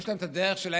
יש להם את הדרך שלהם,